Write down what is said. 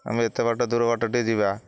ଆମେ ଏତେ ବାଟ ଦୂର ବାଟ ଟିକେ ଯିବା